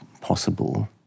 possible